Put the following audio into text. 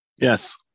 Yes